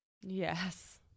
Yes